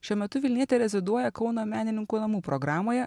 šiuo metu vilnietė reziduoja kauno menininkų namų programoje